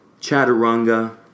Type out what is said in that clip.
Chaturanga